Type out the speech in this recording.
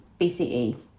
BCE